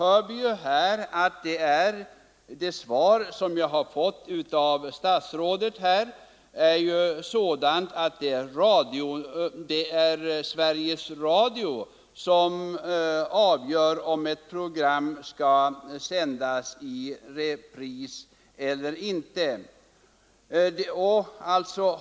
Av det svar som jag har fått av statsrådet framgår att det är Sveriges Radio som avgör om ett program skall sändas i repris eller inte.